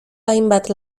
hainbat